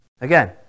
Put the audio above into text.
Again